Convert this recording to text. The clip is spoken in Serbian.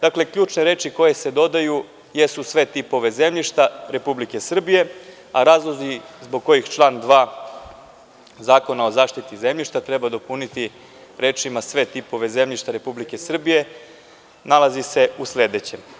Dakle, ključne reči koje se dodaju jesu – sve tipove zemljišta Republike Srbije, a razlozi zbog kojih član 2. Zakona o zaštiti zemljišta treba dopuniti rečima – sve tipove zemljišta Republike Srbije nalazi se u sledećem.